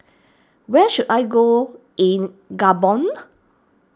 where should I go in Gabon